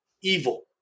evil